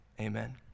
Amen